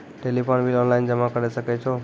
Telephone bill online जमा करै सकै छौ?